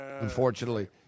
unfortunately